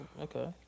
okay